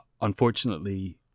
unfortunately